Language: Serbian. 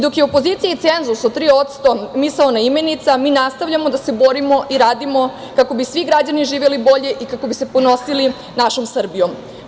Dok je opoziciji cenzus od 3% misaona imenica, mi nastavljamo da se borimo i radimo kako bi svi građani živeli bolje i kako bi se ponosili našom Srbijom.